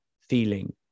feeling